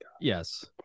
Yes